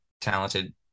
talented